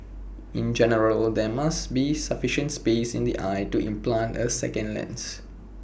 in general there must be sufficient space in the eye to implant A second lens